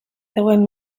zegoen